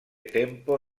tempo